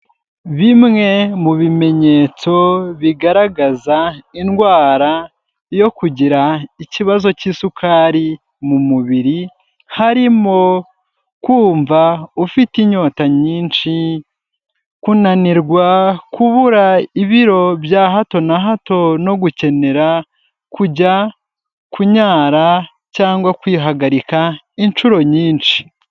Bimwe mu bimenyetso bigaragaza indwara yo kugira ikibazo cy'isukari mu mubiri, harimo kumva ufite inyota nyinshi, kunanirwa, kubura ibiro bya hato na hato no gukenera kujya kunyara cyangwa kwihagarika inshuro nyinshi.